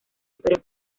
historia